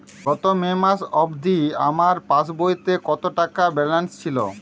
গত মে মাস অবধি আমার পাসবইতে কত টাকা ব্যালেন্স ছিল?